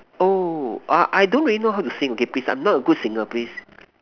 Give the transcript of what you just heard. oh err I don't really know how to sing okay please I'm not a good singer please